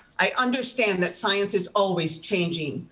i understand that science is always changing.